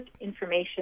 information